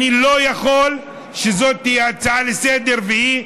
אני לא יכול שזאת תהיה הצעה לסדר-היום,